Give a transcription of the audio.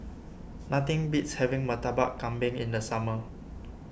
nothing beats having Murtabak Kambing in the summer